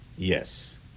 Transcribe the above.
Yes